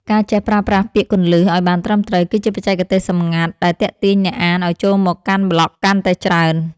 ការចេះប្រើប្រាស់ពាក្យគន្លឹះ ឱ្យបានត្រឹមត្រូវ គឺជាបច្ចេកទេសសម្ងាត់ដែលទាក់ទាញអ្នកអានឱ្យចូលមកកាន់ប្លក់កាន់តែច្រើន។